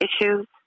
issues